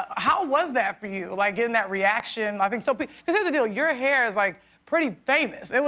how was that for you, like getting that reaction. i mean so but here's here's deal. your hair is like pretty famous.